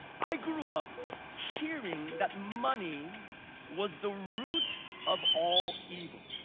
i grew up hearing that money was the root of all evil.